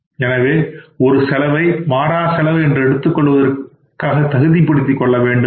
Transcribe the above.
எனவே ஒரு செலவை மாறாசெலவு என்று எடுத்துக் கொள்வதற்காக தகுதிப்படுத்திக் கொள்ள வேண்டுமா